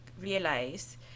realize